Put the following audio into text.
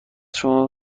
شما